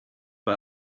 bei